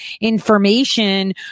information